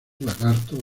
lagartos